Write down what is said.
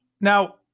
now